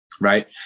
right